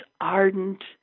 ardent